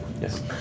Yes